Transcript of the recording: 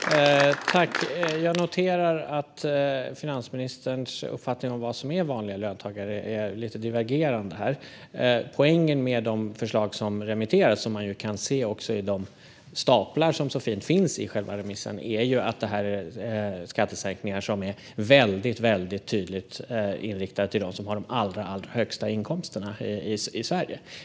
Fru talman! Jag noterar att finansministerns uppfattning om vad som är vanliga löntagare är lite divergerande. Poängen med de förslag som remitteras, vilket man också kan se i de staplar som så fint finns med i själva remissen, är att detta är skattesänkningar som väldigt tydligt är inriktade på dem som har de allra, allra högsta inkomsterna i Sverige.